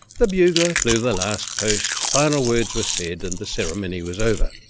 the bugler blew the last post, final words were said and the ceremony was over.